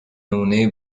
نمونهی